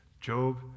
Job